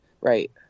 Right